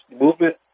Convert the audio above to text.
movement